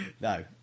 No